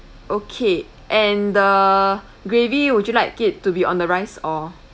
okay and the gravy would you like it to be on the rice or